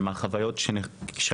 לאור החוויות שעברנו,